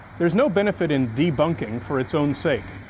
there's no benefit in debunking for its own sake.